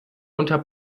unter